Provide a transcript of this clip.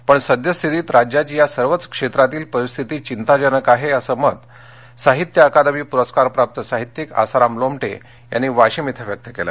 पण सद्यस्थितीत राज्याची या सर्वच क्षेत्रातील परिस्थिती चिंताजनक आहे अस मत साहित्य अकादमीपुरस्कार प्राप्त साहित्यिक आसाराम लोमटे यांनी वाशिम इथं व्यक्त केलं